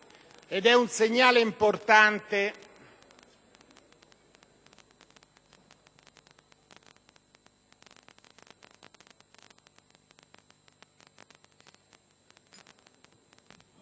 Ed è un segnale importante